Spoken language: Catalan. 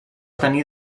tenir